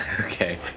Okay